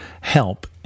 help